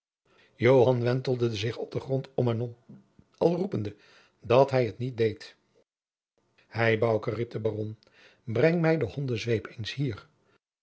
wentelde zich op den grond om en om al roepende dat hij het niet deed hei bouke riep de baron breng mij den hondenzweep eens hier